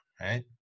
right